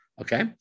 Okay